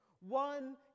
One